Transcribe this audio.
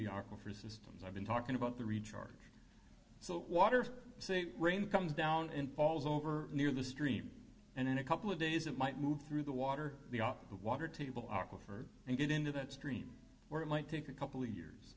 the article for systems i've been talking about the recharge so water say rain comes down and falls over near the stream and in a couple of days it might move through the water the op the water table are preferred and get into that stream where it might take a couple of years